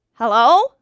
Hello